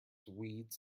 weeds